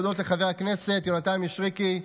אני רוצה להודות לחבר הכנסת יונתן מישרקי,